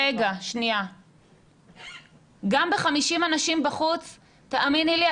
גם ב-50 אנשים בחוץ תאמיני לי,